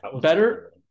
better